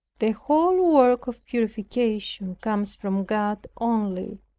the whole work of purification comes from god only.